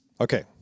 Okay